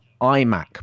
imac